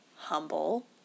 Humble